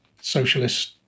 socialist